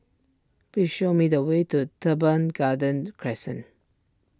please show me the way to Teban Garden Crescent